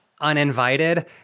uninvited